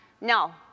No